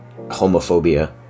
homophobia